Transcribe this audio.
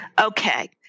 Okay